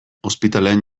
ospitalean